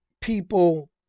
people